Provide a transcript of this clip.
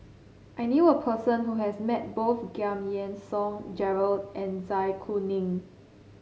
I knew a person who has met both Giam Yean Song Gerald and Zai Kuning